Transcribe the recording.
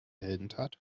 heldentat